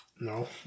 No